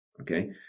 okay